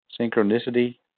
Synchronicity